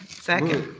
second.